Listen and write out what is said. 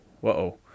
whoa